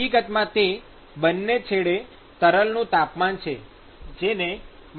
હકીકતમાં તે બંને છેડે તરલનું તાપમાન છે જે માપવામાં આવશે